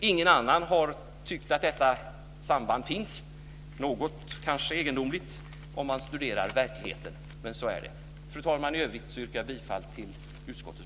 Ingen annan har tyckt att detta samband finns, vilket kanske är något egendomligt om man studerar verkligheten. I övrigt yrkar jag bifall till utskottets hemställan i betänkandet.